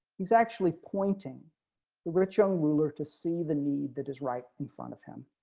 he's actually pointing the rich young ruler to see the need that is right in front of him.